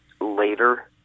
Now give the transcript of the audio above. later